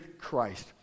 Christ